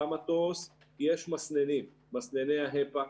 במטוס יש מסננים, מסנני HEPA,